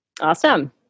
Awesome